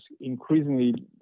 increasingly